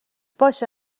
باشه